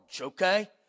okay